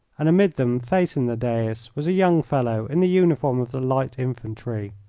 and amid them facing the dais was a young fellow in the uniform of the light infantry.